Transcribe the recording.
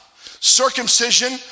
Circumcision